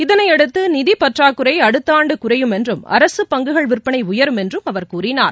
இதனையடுத்து நிதிப்பற்றாக்குறை அடுத்த ஆண்டு குறையும் என்றும் அரசு பங்குகள் விற்பனை உயரும் என்றும் அவர் கூறினார்